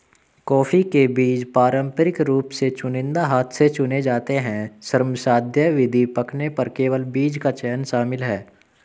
coffee के बीज पारंपरिक रूप से चुनिंदा हाथ से चुने जाते हैं, श्रमसाध्य विधि, पकने पर केवल बीज का चयन शामिल है